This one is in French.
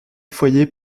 foyers